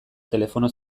telefono